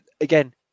again